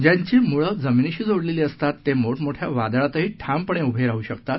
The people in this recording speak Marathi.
ज्याची मुळं जमिनीशी जोडलेली असतात ते मोठ मोठ्या वादळातही ठामपणे उभे राहू शकतात